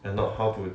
and not how to